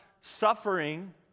Suffering